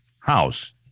house